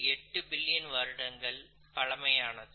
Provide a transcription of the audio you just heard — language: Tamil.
8 பில்லியன் வருடங்கள் பழமையானது